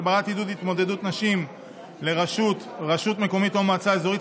הגברת עידוד התמודדות נשים לראשות רשות מקומית או מועצה אזורית),